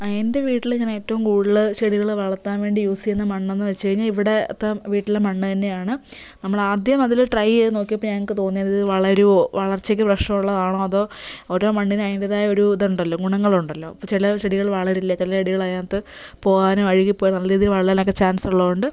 ആ എൻ്റെ വീട്ടിൽ ഞാൻ ഏറ്റവും കൂടുതൽ ചെടികൾ വളർത്താൻ വേണ്ടി യൂസ് ചെയ്യുന്ന മണ്ണെന്ന് വെച്ചുകഴിഞ്ഞാൽ ഇവിടുത്തെ വീട്ടിലെ മണ്ണ് തന്നെയാണ് നമ്മൾ ആദ്യം അതിൽ ട്രൈ ചെയ്ത് നോക്കിയപ്പോൾ ഞങ്ങൾക്ക് തോന്നിയത് ഇത് വളരുമോ വളർച്ചക്ക് പ്രശ്നമുള്ളതാണോ അതോ ഓരോ മണ്ണിന് അതിന്റേതായ ഒരിതുണ്ടല്ലോ ഗുണങ്ങളുണ്ടല്ലോ അപ്പോൾ ചില ചെടികൾ വളരില്ല ചില ചെടികൾ അതിനകത്ത് പോവാനും അഴുകി പോവാനും നല്ല രീതിയിൽ വളരാനൊക്കെ ചാൻസ് ഉള്ളതുകൊണ്ട്